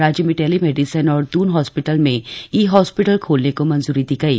राज्य में telemedicine और दून हास्पिटल में ई हॉस्पिटल खोलने को मंजूरी दी गयी